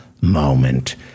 moment